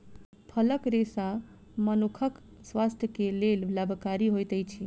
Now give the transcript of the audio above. फलक रेशा मनुखक स्वास्थ्य के लेल लाभकारी होइत अछि